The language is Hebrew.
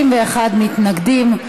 31 מתנגדים,